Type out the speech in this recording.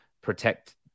protect